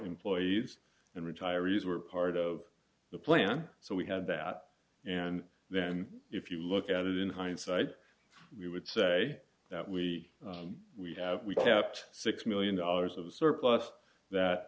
employees and retirees were part of the plan so we had that and then if you look at it in hindsight we would say that we we have we kept six million dollars of surplus